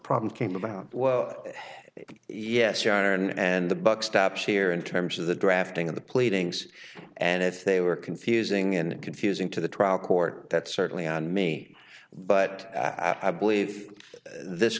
problem came about well yes aaron and the buck stops here in terms of the drafting of the pleadings and if they were confusing and confusing to the trial court that's certainly on me but i believe this